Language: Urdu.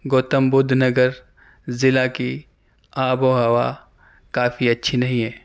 گوتم بدھ نگر ضلع کی آب و ہوا کافی اچھی نہیں ہے